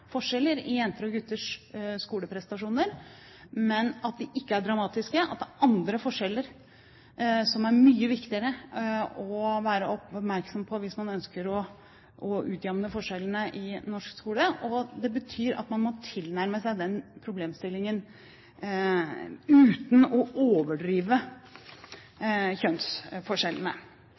forskjeller i jenters og gutters skoleprestasjoner, men at de ikke er dramatiske, og at det er andre forskjeller som er mye viktigere å være oppmerksom på hvis man ønsker å utjevne forskjellene i norsk skole. Det betyr at man må tilnærme seg den problemstillingen uten å overdrive kjønnsforskjellene.